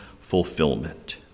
fulfillment